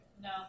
No